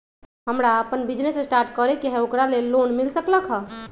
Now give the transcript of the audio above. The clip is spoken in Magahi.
हमरा अपन बिजनेस स्टार्ट करे के है ओकरा लेल लोन मिल सकलक ह?